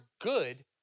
good